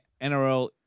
NRL